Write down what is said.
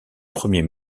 premiers